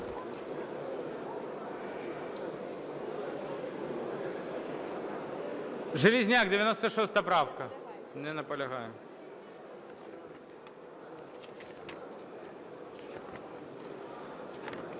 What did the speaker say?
Железняк, 96 правка. Не наполягає.